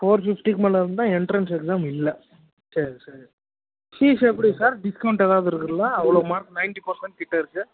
four ஃபிஃப்டிக்கு மேலே வந்தால் என்ட்ரன்ஸ் எக்சாம் இல்லை சரி சரி ஃபீஸ் எப்படி சார் டிஸ்கவுண்ட் ஏதாவது இருக்குங்களா மார்க் நைன்ட்டி பர்சன்ட்டு கிட்டே இருக்கு